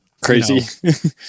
crazy